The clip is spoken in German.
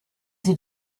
sie